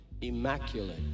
immaculate